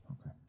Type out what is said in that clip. Okay